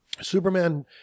Superman